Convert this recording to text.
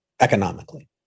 economically